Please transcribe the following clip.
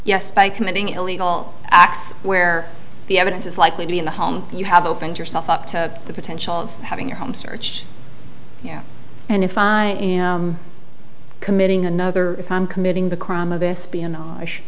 yes by committing illegal acts where the evidence is likely to be in the home you have opened yourself up to the potential of having your home searched yeah and if i am committing another if i'm committing the crime of espionage